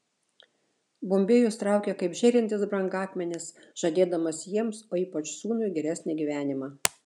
bombėjus traukia kaip žėrintis brangakmenis žadėdamas jiems o ypač sūnui geresnį gyvenimą